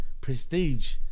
prestige